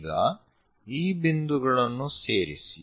ಈಗ ಈ ಬಿಂದುಗಳನ್ನು ಸೇರಿಸಿ